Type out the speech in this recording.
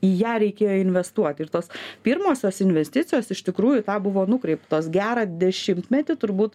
į ją reikėjo investuot ir tos pirmosios investicijos iš tikrųjų į tą buvo nukreiptos gerą dešimtmetį turbūt